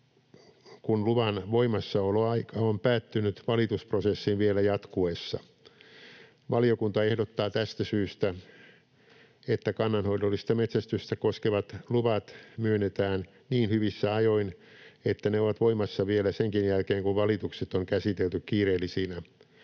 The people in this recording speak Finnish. kun luvan voimassaoloaika on päättynyt valitusprosessin vielä jatkuessa. Valiokunta ehdottaa tästä syystä, että kannanhoidollista metsästystä koskevat luvat myönnetään niin hyvissä ajoin, että ne ovat voimassa vielä senkin jälkeen, kun valitukset on käsitelty kiireellisinä.